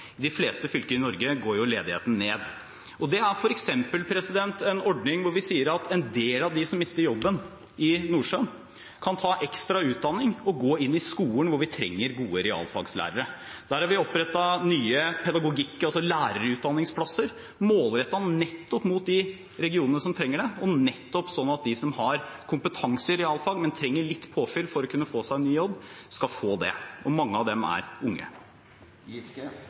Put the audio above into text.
de fleste fylker i Norge går ledigheten ned – og det er f.eks. en ordning hvor vi sier at en del av dem som mister jobben i Nordsjøen, kan ta ekstra utdanning og gå inn i skolen, hvor vi trenger gode realfagslærere. Der har vi opprettet nye lærerutdanningsplasser, målrettet nettopp mot de regionene som trenger det, og nettopp sånn at de som har kompetanse i realfag, men trenger litt påfyll for å kunne få seg ny jobb, skal få det. Mange av dem er unge.